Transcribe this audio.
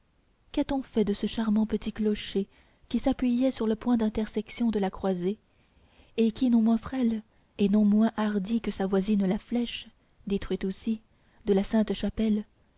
qu'a-t-on fait de ce charmant petit clocher qui s'appuyait sur le point d'intersection de la croisée et qui non moins frêle et non moins hardi que sa voisine la flèche détruite aussi de la sainte-chapelle